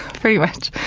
pretty much.